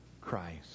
Christ